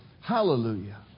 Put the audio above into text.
Hallelujah